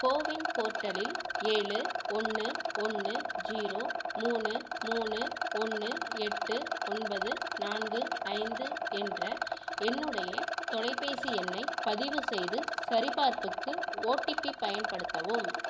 CoWIN போர்ட்டலில் ஏழு ஒன்று ஒன்று ஜீரோ மூணு மூணு ஒன்று எட்டு ஒன்பது நான்கு ஐந்து என்ற என்னுடைய தொலைபேசி எண்ணை பதிவு செய்து சரிபார்ப்புக்கு ஓடிபி பயன்படுத்தவும்